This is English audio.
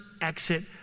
exit